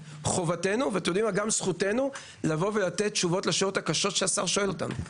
חובתנו וגם זכותנו לבוא ולתת תשובות לשאלות הקשות ששואל אותנו השר.